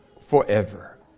forever